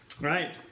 right